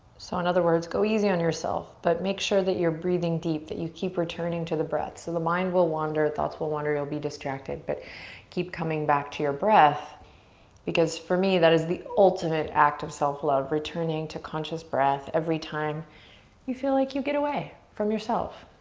so in other words, go easy on yourself but make sure that you're breathing deep that you keep returning to the breath. so the mind will wander, thoughts will wander, you'll be distracted but keep coming back to your breath because for me, that is the ultimate act of self love. returning to conscious breath every time you feel like you get away from yourself.